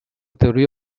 teoria